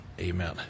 Amen